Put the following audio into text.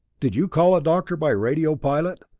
did you call a doctor by radio, pilot?